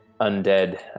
undead